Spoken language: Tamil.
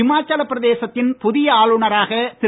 ஹிமாச்சல பிரதேசத்தின் புதிய ஆளுநராக திரு